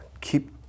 keep